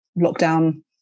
lockdown